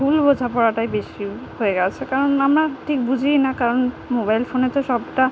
ভুল বোঝাপড়াটাই বেশি হয়ে গেছে কারণ আমরা ঠিক বুঝিই না কারণ মোবাইল ফোনে তো সবটা